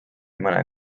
mõne